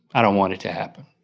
i don't want it to happen.